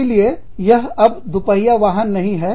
इसीलिएयह अब दुपहिया वाहन नहीं है